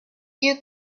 you